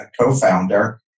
co-founder